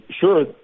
sure